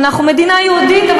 אנחנו מדינה יהודית,